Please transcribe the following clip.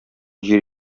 җир